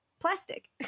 plastic